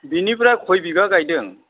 बिनिफ्राय खय बिघा गायदों